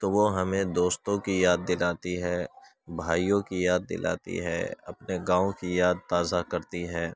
تو وہ ہمیں دوستوں کی یاد دلاتی ہے بھائیوں کی یاد دلاتی ہے اپنے گاؤں کی یاد تازہ کرتی ہے